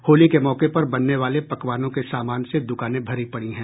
होली के मौके पर बनने वाले पकवानों के सामान से दुकानें भरी पड़ी हैं